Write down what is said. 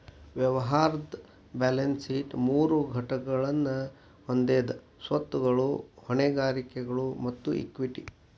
ವ್ಯವಹಾರದ್ balance sheet ಮೂರು ಘಟಕಗಳನ್ನ ಹೊಂದೆದ ಸ್ವತ್ತುಗಳು, ಹೊಣೆಗಾರಿಕೆಗಳು ಮತ್ತ ಇಕ್ವಿಟಿ